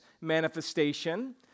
manifestation